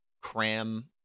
cram